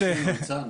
תאמין לי הצענו,